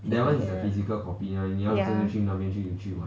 ya ya